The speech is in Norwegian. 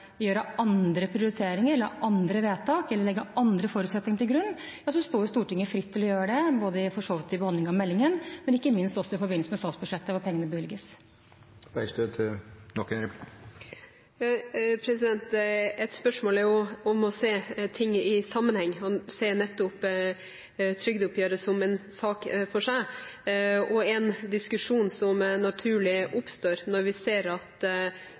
gjøre andre prioriteringer eller andre vedtak eller legge andre forutsetninger til grunn, står Stortinget fritt til å gjøre det i behandlingen av meldingen, men ikke minst også i forbindelse med statsbudsjettet, hvor pengene bevilges. Et spørsmål er å se ting i sammenheng og å se nettopp trygdeoppgjøret som en sak for seg. En diskusjon som naturlig oppstår når vi ser at